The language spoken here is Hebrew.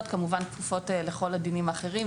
כמובן כפופות לכל הדינים האחרים,